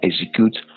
execute